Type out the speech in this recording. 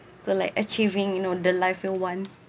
to like achieving you know the life will want